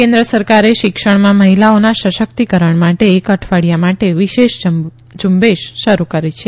કેન્દ્ર સરકારે શિક્ષણમાં મહિલાઓના સશકિતકરણ માટે એક અઠવાડીયા માટે વિશેષ ઝુંબેશ શરૂ કરી છે